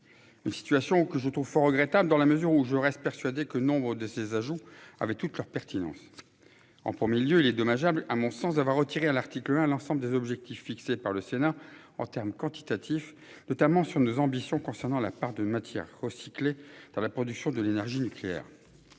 Une situation que je trouve fort regrettable dans la mesure où je reste persuadé que nombre de ces ajouts avec toute leur pertinence. En 1er lieu il est dommageable à mon sens d'avoir retiré à l'article 1 l'ensemble des objectifs fixés par le Sénat en termes quantitatifs notamment sur nos ambitions concernant la part de matières recyclées dans la production de l'énergie nucléaire.